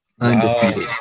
Undefeated